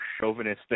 chauvinistic